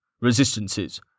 Resistances